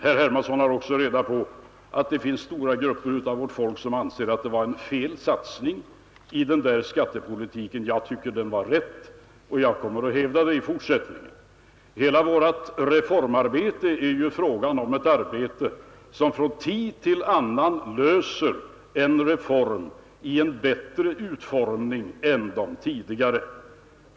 Herr Hermansson har också reda på att det finns stora grupper av vårt folk som anser att det var en felsatsning i den skattepolitiken. Jag tycker att den var riktig, och jag kommer att hävda det i fortsättningen. Hela vårt reformarbete är ju ett arbete som från tid till annan klarar en reform i en bättre utformning än de tidigare.